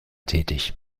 tätig